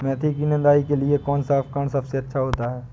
मेथी की निदाई के लिए कौन सा उपकरण सबसे अच्छा होता है?